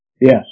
Yes